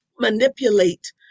manipulate